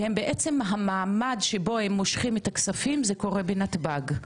ובעצם המעמד שבו הם מושכים את הכספים זה קורה בנתב"ג,